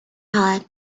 heart